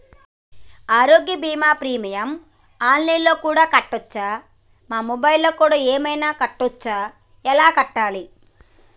ఆరోగ్య బీమా premium online లో కూడా కట్టచ్చా? నా మొబైల్లో కూడా ఏమైనా కట్టొచ్చా? ఎలా కట్టాలి?